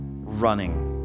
running